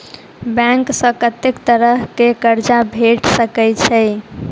Bank सऽ कत्तेक तरह कऽ कर्जा भेट सकय छई?